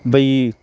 ਬਈ